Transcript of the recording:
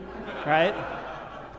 Right